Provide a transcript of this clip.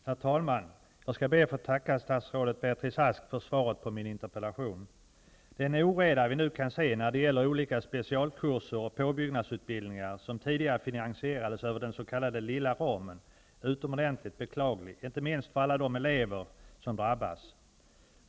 Herr talman! Jag skall be att få tacka statsrådet Beatrice Ask för svaret på min interpellation. Den oreda vi nu kan se när det gäller olika specialkurser och påbyggnadsutbildningar som tidigare finansierades över den s.k. lilla ramen är utomordentlig beklaglig, inte minst för alla de elever som drabbas.